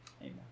Amen